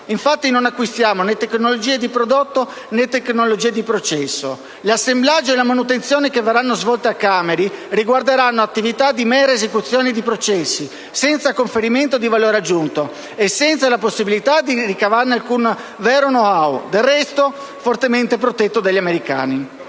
Infatti, non acquistiamo né tecnologie di prodotto né tecnologie di processo. L'assemblaggio e la manutenzione che verranno svolte a Cameri riguarderanno attività di mera esecuzione di processi, senza conferimento di valore aggiunto e senza la possibilità di ricavarne alcun vero *know-how*, del resto fortemente protetto dagli americani.